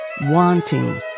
wanting